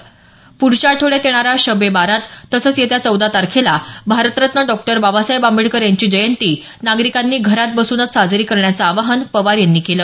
प्ढच्या आठवड्यात येणारा शब ए बारात तसंच येत्या चौदा तारखेला भारतरत्न डॉ बाबासाहेब आंबेडकर यांची जयंती नागरिकांनी घरात बसूनच साजरी करण्याचं आवाहन पवार यांनी केलं